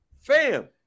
Fam